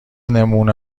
نمونه